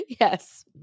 Yes